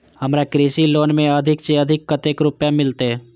हमरा कृषि लोन में अधिक से अधिक कतेक रुपया मिलते?